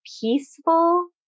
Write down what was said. peaceful